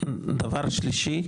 דבר שלישי,